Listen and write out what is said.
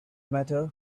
matter